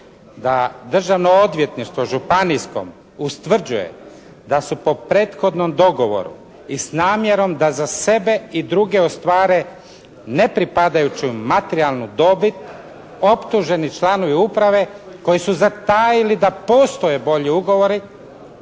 Da Državno odvjetništvo Županijskom ustvrđuje da su po prethodnom dogovoru i s namjerom da za sebe i druge ostvare nepripadajuću materijalnu dobit optuženi članovi uprave koji su zatajili da postoje bolji ugovori.